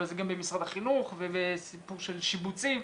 אבל זה גם במשרד החינוך וסיפור של שיבוצים,